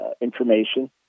information